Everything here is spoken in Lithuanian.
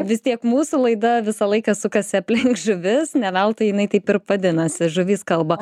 vis tiek mūsų laida visą laiką sukasi aplink žuvis ne veltui jinai taip irp vadinasi žuvis kalba